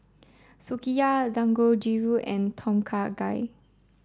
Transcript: Sukiyaki Dangojiru and Tom Kha Gai